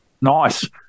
Nice